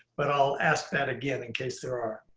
but i'll ask that again in case there are.